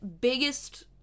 biggest